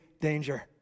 danger